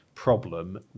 problem